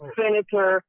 senator